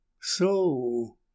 So